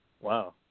Wow